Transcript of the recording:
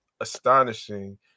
astonishing